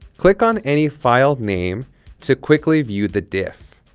click on any file name to quickly view the diff.